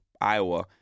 Iowa